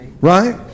right